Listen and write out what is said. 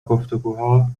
گفتگوها